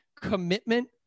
commitment